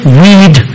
weed